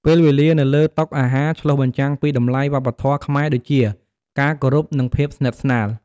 ពេលវេលានៅលើតុអាហារឆ្លុះបញ្ចាំងពីតម្លៃវប្បធម៌ខ្មែរដូចជា ការគោរព និងភាពស្និទ្ធស្នាល ។